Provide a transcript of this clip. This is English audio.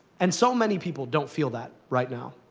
and so many people don't feel that right now.